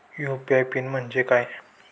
UPI PIN म्हणजे काय?